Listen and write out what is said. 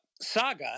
saga